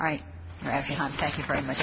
right i thank you very much